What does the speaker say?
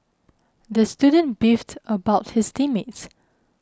the student beefed about his team mates